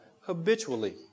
habitually